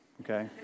okay